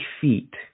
feet